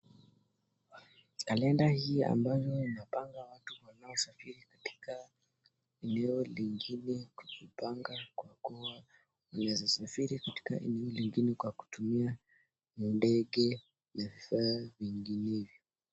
Kalenda hii ambayo imepanga watu wanaosafiri katika eneo lingine kujipanga kwa kuwa unaeza safiri katika eneo lingine kwa kutumia ndege na vifaa vinginevyo.